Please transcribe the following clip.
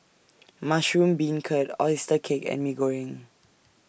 Mushroom Beancurd Oyster Cake and Mee Goreng